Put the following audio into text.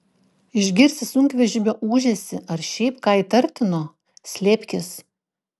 išgirsi sunkvežimio ūžesį ar šiaip ką įtartino slėpkis